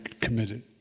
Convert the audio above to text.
committed